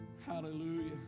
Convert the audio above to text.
Hallelujah